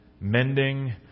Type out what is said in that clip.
mending